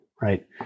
right